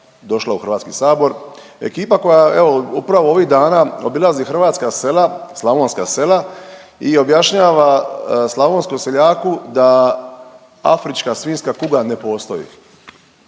došla u Hrvatski sabor. Ekipa koja evo upravo ovih dana obilazi hrvatska sela, slavonska sela i objašnjava slavonskom seljaku da afrička svinjska kuga ne postoji.